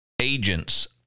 agents